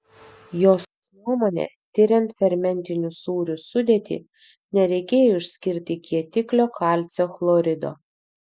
jos nuomone tiriant fermentinių sūrių sudėtį nereikėjo išskirti kietiklio kalcio chlorido